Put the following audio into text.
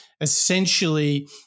Essentially